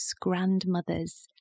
grandmother's